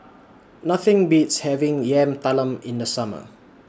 Nothing Beats having Yam Talam in The Summer